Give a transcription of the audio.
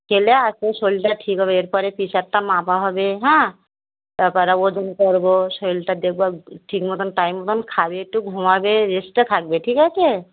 খেলে এরপরে শরীরটা ঠিক হবে এরপরে প্রেশারটা মাপা হবে হ্যাঁ তারপরে ওজন করবো শরীরটা দেখব ঠিক মতন টাইম মতন খাবে একটু ঘুমাবে রেস্টে থাকবে ঠিক আছে